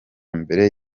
mbere